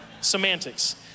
semantics